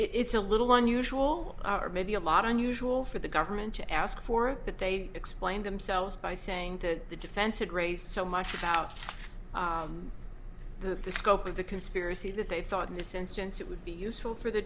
it's a little unusual or maybe a lot unusual for the government to ask for but they explained themselves by saying to the defense had raised so much about the scope of the conspiracy that they thought in this instance it would be useful for the